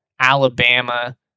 Alabama